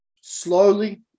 slowly